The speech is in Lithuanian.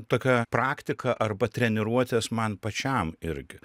tokia praktika arba treniruotės man pačiam irgi